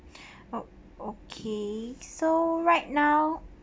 oh okay so right now